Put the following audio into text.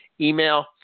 email